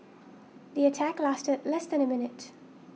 the attack lasted less than a minute